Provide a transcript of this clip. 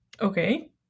okay